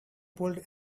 pulled